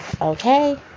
okay